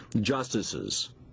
justices